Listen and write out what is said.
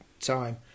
time